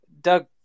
Doug